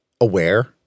aware